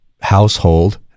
household